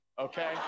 okay